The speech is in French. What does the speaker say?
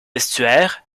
estuaires